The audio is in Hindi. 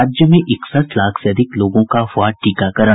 राज्य में इकसठ लाख से अधिक लोगों का हुआ टीकाकरण